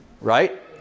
Right